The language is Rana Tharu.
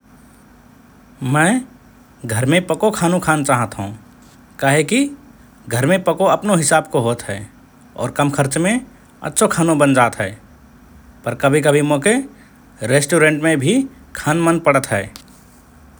मए नेगन चाहत हओं । काहेकि मए दोडत पेति गजब हल्लि थक जात हओं पर नेगत पेति गजब देरले नेगलेत हओं । तभिकमारे मए नेगन चाहत हओं ।